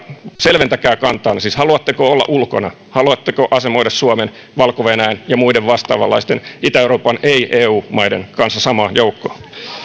selventäkää kantaanne siis haluatteko olla ulkona haluatteko asemoida suomen valko venäjän ja muiden vastaavanlaisten itä euroopan ei eu maiden kanssa samaan joukkoon